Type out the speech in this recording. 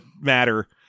matter